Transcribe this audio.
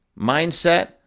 mindset